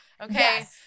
Okay